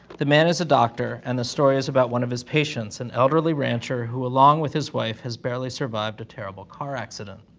the man is a doctor and the story is about one of his patients, an elderly rancher who along with his wife has barely survived a terrible car accident.